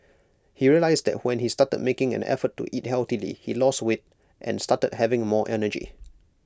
he realised that when he started making an effort to eat healthily he lost weight and started having more energy